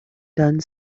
done